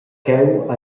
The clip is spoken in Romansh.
cheu